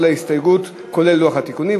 כולל לוח התיקונים.